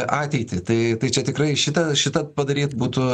ateitį tai tai čia tikrai šitą šitą padaryt būtų